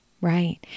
Right